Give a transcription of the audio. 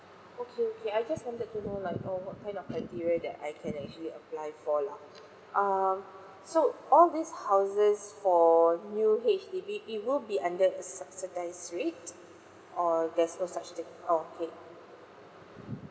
okay okay I just wanted to know like uh what kind of criteria that I can actually apply for lah um so all these houses for new H_D_B it will be under a subsidise rate or there's no such thing okay